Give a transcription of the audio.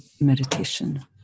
meditation